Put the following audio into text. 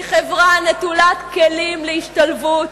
היא חברה נטולת כלים להשתלבות.